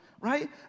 right